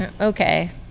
okay